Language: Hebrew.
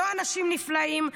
לא אנשים נפלאים,